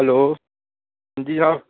hello हंजी जनाब